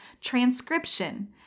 transcription